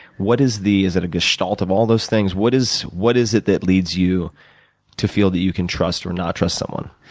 what is the is it a gestalt of all those things? what is what is it that leads you to feel that you can trust or not trust someone?